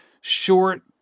short